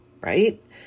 right